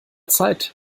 zeit